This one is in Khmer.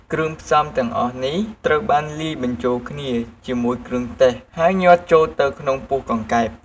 គ្រឿងផ្សំទាំងអស់នេះត្រូវបានលាយបញ្ចូលគ្នាជាមួយគ្រឿងទេស ហើយញ៉ាត់ចូលទៅក្នុងពោះកង្កែប។